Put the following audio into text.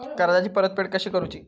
कर्जाची परतफेड कशी करुची?